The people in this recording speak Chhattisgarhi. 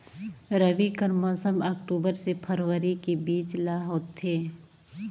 रबी कर मौसम अक्टूबर से फरवरी के बीच ल होथे